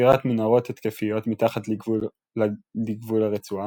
חפירת מנהרות התקפיות מתחת לגבול הרצועה,